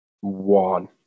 One